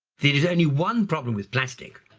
there is only one problem with plastic.